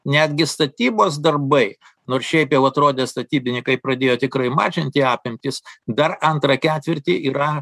netgi statybos darbai nors šiaip jau atrodė statybininkai pradėjo tikrai mažinti apimtis dar antrą ketvirtį yra